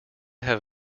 have